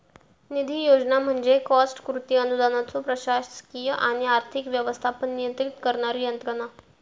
निधी योजना म्हणजे कॉस्ट कृती अनुदानाचो प्रशासकीय आणि आर्थिक व्यवस्थापन नियंत्रित करणारी यंत्रणा